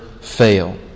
fail